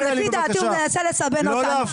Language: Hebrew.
לפי דעתי הוא מנסה לסבן אותנו.